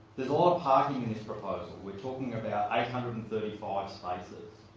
there's a lot of parking in this proposal. we're talking about eight hundred and thirty five spaces.